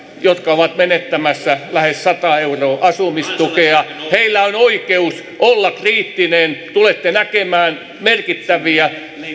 jotka ovat menettämässä lähes sata euroa asumistukea on oikeus olla kriittisiä tulette näkemään merkittäviä